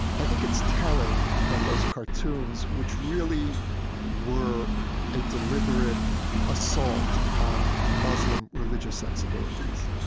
i think it's telling that those cartoons, which really were a deliberate assault on muslim religious sensibilities,